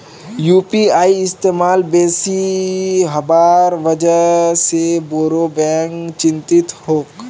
UPI इस्तमाल बेसी हबार वजह से बोरो बैंक चिंतित छोक